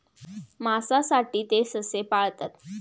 मांसासाठी ते ससे पाळतात